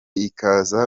ikaza